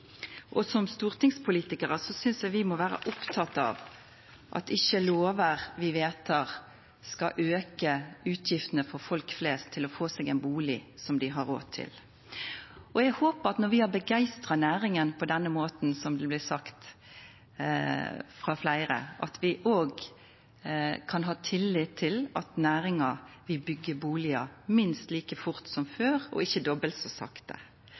Som stortingspolitikarar synest eg vi må vera opptekne av at det lovverket vi vedtek, ikkje skal auka utgiftene til folk flest – dei skal få seg ein bustad som dei har råd til. Eg håpar, når vi har begeistra næringa på denne måten – som det blei sagt av fleire – at vi òg kan ha tillit til at næringa vil byggja bustader minst like fort som før, og ikkje dobbelt så sakte,